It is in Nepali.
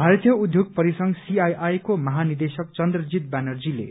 भारतीय उद्योग परिसंघ सीआईआइ को महानिदेशक चन्द्रजीत व्यानर्जीले